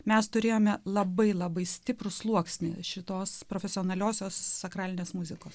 mes turėjome labai labai stiprų sluoksnį šitos profesionaliosios sakralinės muzikos